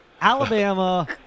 Alabama